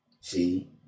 See